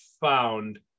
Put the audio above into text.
found